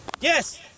Yes